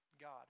God